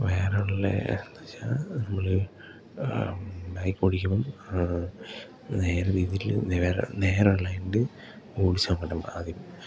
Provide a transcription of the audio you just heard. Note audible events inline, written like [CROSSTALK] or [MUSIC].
വേറെയുള്ള എന്ന് വച്ചാൽ നമ്മൾ ബൈക്കോടിക്കുമ്പം നേരെ രീതിയിൽ നേരെ നേരുള്ള എൻണ്ട് [UNINTELLIGIBLE] ആദ്യം